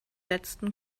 letzten